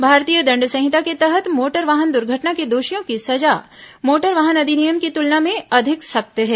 भारतीय दंड संहिता के तहत मोटर वाहन दुर्घटना के दोषियों की सजा मोटर वाहन अधिनियम की तुलना में अधिक सख्त है